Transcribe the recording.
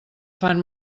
fan